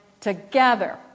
together